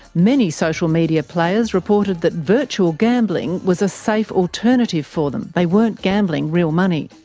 many social media players reported that virtual gambling was a safe alternative for them they weren't gambling real money.